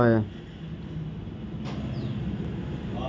Cultivator का क्या काम होता है?